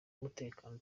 w’umutekano